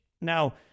Now